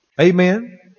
Amen